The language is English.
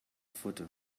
photo